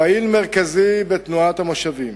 פעיל מרכזי בתנועת המושבים